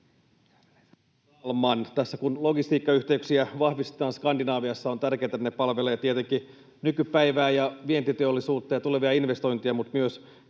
Tässä kun logistiikkayhteyksiä vahvistetaan Skandinaviassa, on tärkeätä, että ne palvelevat tietenkin nykypäivää, vientiteollisuutta ja tulevia investointeja